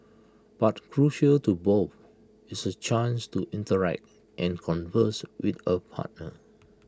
but crucial to both is A chance to interact and converse with A partner